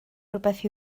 rywbeth